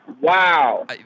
Wow